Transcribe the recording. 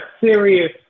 serious